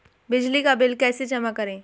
बिजली का बिल कैसे जमा करें?